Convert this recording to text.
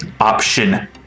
Option